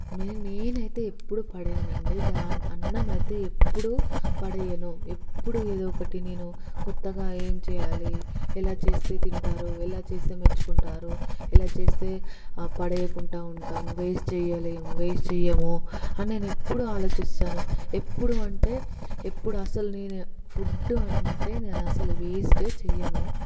మేయిన్ నేను అయితే ఎప్పుడు పడేయను అండి దాని అన్నమయితే ఎప్పుడు పడేయను ఎప్పుడు ఏదో ఒకటి నేను కొత్తగా ఏం చేయాలి ఎలా చేస్తే తింటారు ఎలా చేస్తే మెచ్చుకుంటారు ఎలా చేస్తే పడేయకుండా ఉంటాము వేస్ట్ చేయలేము వేస్ట్ చేయము అని నేనెప్పుడు ఆలోచిస్తాను ఎప్పుడు అంటే ఎప్పుడు అసలు నేనే ఫుడ్ అంటే నేను అసలు వేస్టే చేయను